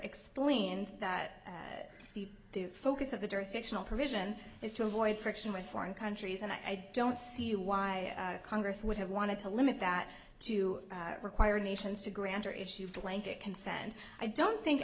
explained that the focus of the jurisdictional provision is to avoid friction with foreign countries and i don't see why congress would have wanted to limit that to require nations to grant or issue blanket consent i don't think